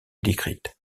décrites